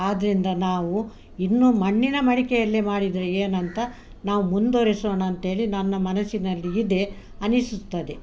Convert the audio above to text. ಆದ್ದರಿಂದ ನಾವು ಇನ್ನೂ ಮಣ್ಣಿನ ಮಡಿಕೆಯಲ್ಲಿ ಮಾಡಿದರೆ ಏನಂತ ನಾವು ಮುಂದುವರೆಸೋಣ ಅಂತೇಳಿ ನನ್ನ ಮನಸ್ಸಿನಲ್ಲಿ ಇದೆ ಅನಿಸುತ್ತದೆ